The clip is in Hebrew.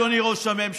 אדוני ראש הממשלה,